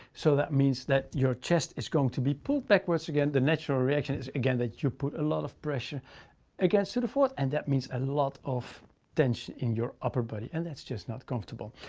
so that means that your chest is going to be pulled backwards again, the natural reaction is, again that you put a lot of pressure against the the force, and that means a lot of tension in your upper body, and that's just not comfortable.